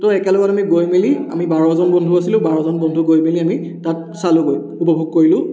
ত' একেলগত আমি গৈ মেলি আমি বাৰজন বন্ধু আছিলোঁ বাৰজন বন্ধু গৈ মেলি আমি তাত চালোঁগৈ উপভোগ কৰিলোঁ